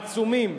עצומים,